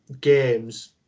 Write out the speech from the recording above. games